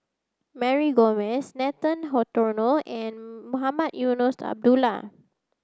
Mary Gomes Nathan Hartono and Mohamed Eunos Abdullah